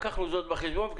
לקחנו זאת בחשבון.